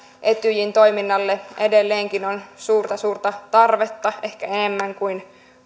etyjin toiminnalle edelleenkin on suurta suurta tarvetta ehkä enemmän kuin